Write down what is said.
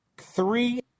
Three